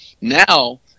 Now